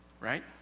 right